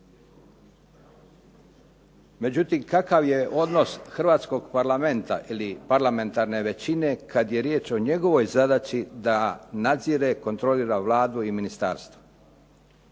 Međutim, kakav je odnos Hrvatskog parlamenta ili parlamentarne većine kada je riječ o njegovoj zadaći da nadzire, kontrolira Vladu i Ministarstvo.